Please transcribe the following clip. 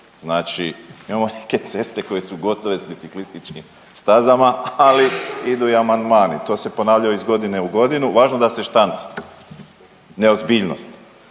Znači imamo neke ceste koje su gotove s biciklističkim stazama ali idu i amandmani, to se ponavlja iz godine u godinu, važno da se štanca. Neozbiljnost.